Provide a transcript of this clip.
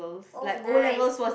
oh nice